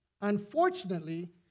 Unfortunately